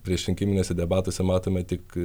priešrinkiminiuose debatuose matome tik